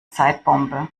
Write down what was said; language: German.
zeitbombe